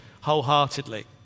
wholeheartedly